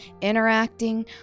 interacting